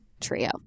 trio